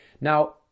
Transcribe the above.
Now